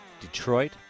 Detroit